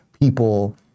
people